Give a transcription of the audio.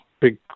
big